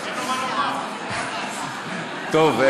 טוב,